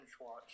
watch